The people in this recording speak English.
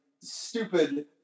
stupid